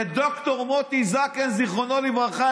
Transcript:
את ד"ר מוטי זקן, זכרו לברכה.